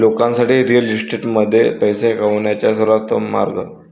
लोकांसाठी रिअल इस्टेटमध्ये पैसे कमवण्याचा सर्वोत्तम मार्ग